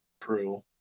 True